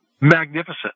Magnificent